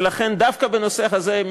ולכן דווקא בנושא הזה,